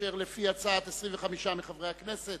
אשר לפי הצעת 25 מחברי הכנסת